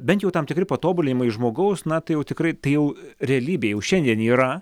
bent jau tam tikri patobulinimai žmogaus na tai jau tikrai tai jau realybė jau šiandien yra